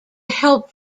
help